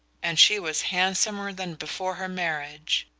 and she was handsomer than before her marriage.